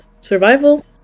survival